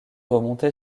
remontée